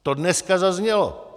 To dneska zaznělo.